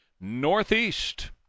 Northeast